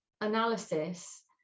analysis